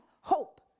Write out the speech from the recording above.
hope